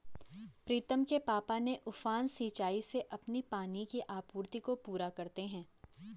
प्रीतम के पापा ने उफान सिंचाई से अपनी पानी की आपूर्ति को पूरा करते हैं